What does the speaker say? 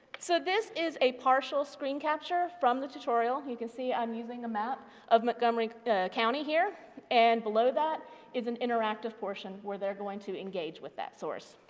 so this is a partial screen capture from the tutorial. you can see i'm using a map of montgomery county here and below that is an interactive portion where they're going to engage with that source.